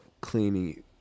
cleaning